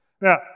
Now